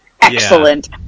Excellent